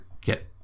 get